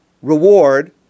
Reward